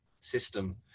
system